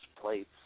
plates